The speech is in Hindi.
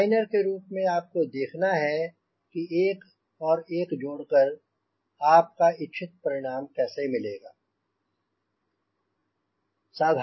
डिज़ाइनर के रूप में आपको देखना है कि एक और एक जोड़कर आपका इच्छित परिणाम कैसे मिलेगा